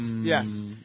Yes